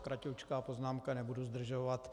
Kraťoučká poznámka, nebudu zdržovat.